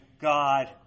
God